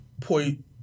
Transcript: point